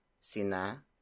Sina